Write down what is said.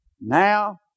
now